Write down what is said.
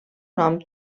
nom